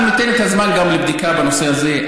אנחנו ניתן את הזמן לבדיקה בנושא הזה.